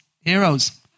heroes